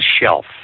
shelf